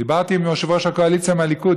דיברתי עם יושב-ראש הקואליציה, מהליכוד.